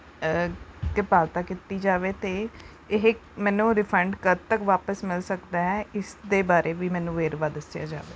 ਕਿਰਪਾਲਤਾ ਕੀਤੀ ਜਾਵੇ ਅਤੇ ਇਹ ਮੈਨੂੰ ਰਿਫੰਡ ਕਦ ਤੱਕ ਵਾਪਸ ਮਿਲ ਸਕਦਾ ਹੈ ਇਸ ਦੇ ਬਾਰੇ ਵੀ ਮੈਨੂੰ ਵੇਰਵਾ ਦੱਸਿਆ ਜਾਵੇ